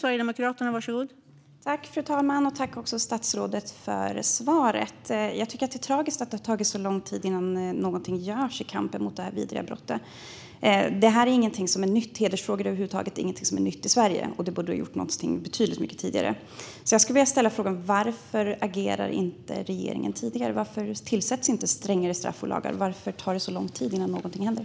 Fru talman! Tack, statsrådet, för svaret! Jag tycker att det är tragiskt att det har tagit så lång tid innan någonting gjorts i kampen mot de här vidriga brotten. Hedersfrågor över huvud taget är ingenting som är nytt i Sverige, så det borde ha gjorts någonting betydligt mycket tidigare. Jag vill därför ställa frågan: Varför agerade inte regeringen tidigare? Varför införs inte strängare straff och lagar? Varför tar det så lång tid innan någonting händer?